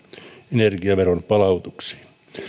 energiaveron palautuksiin